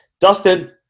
Dustin